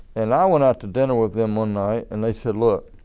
and i went out to dinner with them one night and they said look,